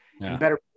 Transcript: Better